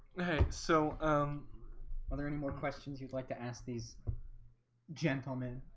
okay, so um are there any more questions. you'd like to ask these gentlemen